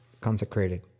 consecrated